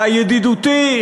הידידותי,